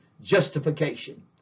justification